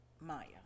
Maya